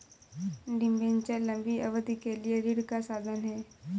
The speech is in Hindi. डिबेन्चर लंबी अवधि के लिए ऋण का साधन है